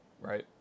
Right